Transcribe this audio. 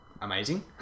amazing